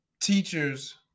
teachers